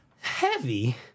Heavy